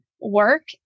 work